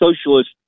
socialist